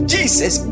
Jesus